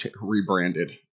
rebranded